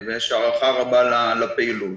יש הערכה רבה לפעילות